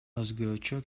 өзгөчө